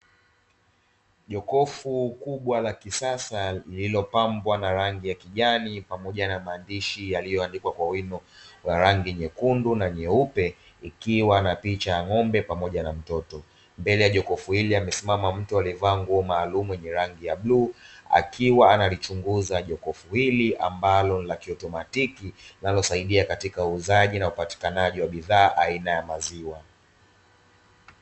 Jokofu la kisas lilopambwa vizuri likiwa na picha ya ng'ombe pamoja na mtoto mbele yake kuna mtu amesimama akilikagua jokofu hili linalosaidia katika uuzaji wa maziwa na bidhaa za maziwa